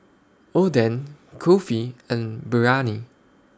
Oden Kulfi and Biryani